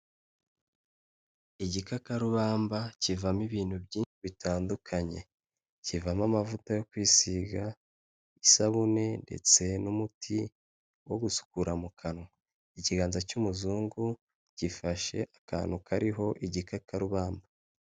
Igikakarubamba kivamo ibintu byinshi bitandukanye. Kivamo amavuta yo kwisiga, isabune ndetse n'umuti wo gusukura mu kanwa. Ikiganza cy'umuzungu gifashe akantu kariho igikakarubamba.